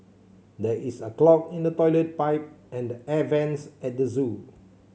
there is a clog in the toilet pipe and the air vents at the zoo